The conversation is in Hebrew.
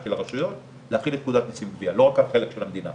הערכנו אותה, של כמות התחנות שיש באותה